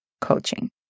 coaching